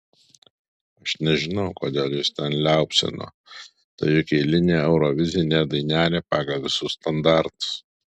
aš nežinau kodėl juos ten liaupsino tai juk eilinė eurovizinė dainelė pagal visus standartus